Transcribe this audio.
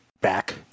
back